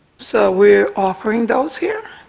so we are offering those here?